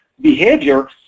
behavior